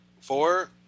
four